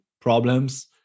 problems